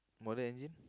Mortal Engine